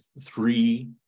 three